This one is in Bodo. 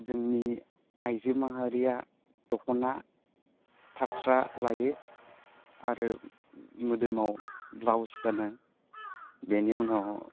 जोंनि आइजो माहारिया दख'ना फास्रा लायो आरो मोदोमाव ब्लाउस गानो बेनि उनाव